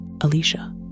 Alicia